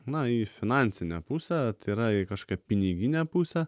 na į finansinę pusę tai yra į kažkokią piniginę pusę